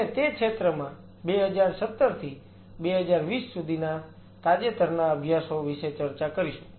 અને તે ક્ષેત્રમાં 2017 થી 2020 સુધીના તાજેતરના અભ્યાસો વિશે ચર્ચા કરીશું